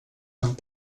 amb